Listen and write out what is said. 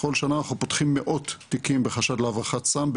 אנחנו פותחים מאות תיקים בחשד להברחת סם,